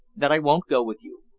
that i won't go with you.